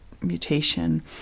mutation